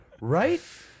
Right